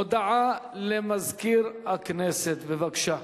הודעה למזכיר הכנסת, בבקשה.